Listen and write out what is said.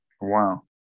Wow